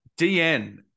DN